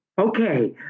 Okay